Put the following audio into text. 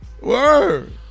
Word